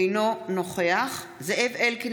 אינו נוכח זאב אלקין,